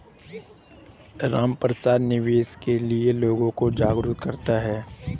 रामप्रसाद निवेश के लिए लोगों को जागरूक करता है